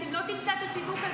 דברים --- עוזב אותך,